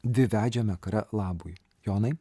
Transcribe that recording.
dviveidžiame kare labui jonai